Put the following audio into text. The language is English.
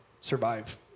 survive